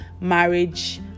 marriage